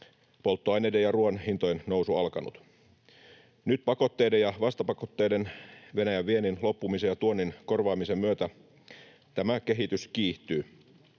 polttoaineiden ja ruuan hintojen nousu alkanut. Nyt pakotteiden ja vastapakotteiden sekä Venäjän viennin loppumisen ja tuonnin korvaamisen myötä tämä kehitys kiihtyy.